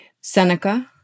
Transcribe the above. Seneca